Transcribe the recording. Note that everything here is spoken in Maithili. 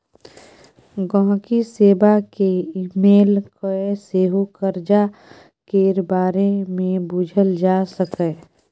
गांहिकी सेबा केँ इमेल कए सेहो करजा केर बारे मे बुझल जा सकैए